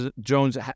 Jones